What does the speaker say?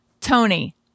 Tony